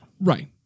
Right